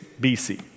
BC